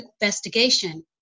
investigation